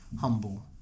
humble